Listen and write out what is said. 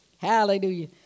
Hallelujah